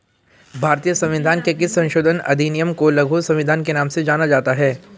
भारतीय संविधान के किस संशोधन अधिनियम को लघु संविधान के नाम से जाना जाता है?